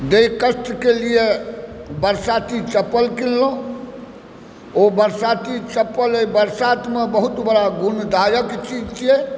जाहि कष्टके लिए बरसाती चपल किनलहुँ ओ बरसाती चपल एहि बरसातमे बहुत बड़ा गुणदायक चीज छियै